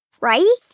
right